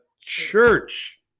church